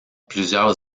plusieurs